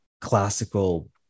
classical